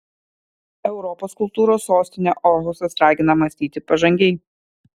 europos kultūros sostinė orhusas ragina mąstyti pažangiai